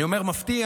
אני אומר מפתיע,